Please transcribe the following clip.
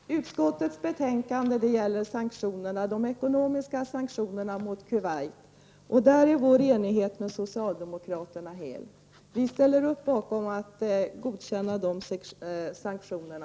Herr talman! Utskottets betänkande gäller de ekonomiska sanktionerna mot Irak. Där är vår enighet med socialdemokraterna hel. Vi ställer oss bakom att godkänna de sanktionerna.